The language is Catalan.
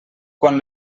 quan